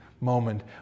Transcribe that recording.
moment